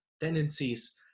tendencies